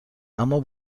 اما